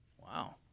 Wow